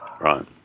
Right